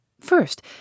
First